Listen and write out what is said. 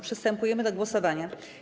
Przystępujemy do głosowania.